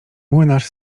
młynarz